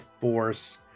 force